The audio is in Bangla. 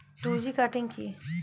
টু জি কাটিং কি?